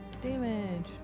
damage